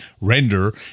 Render